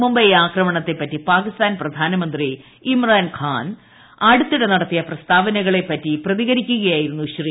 മുംബൈ ആക്രമണത്തെപ്പറ്റി പാക്കിസ്ഥാൻ പ്രധാനമന്ത്രി ഇമ്രാൻ ഖാൻ അടുത്തിടെ നടത്തിയ പ്രസ്താവനകളെപ്പറ്റി പ്രതികരിക്കു കയായിരുന്നു ശ്രീ